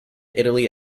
italy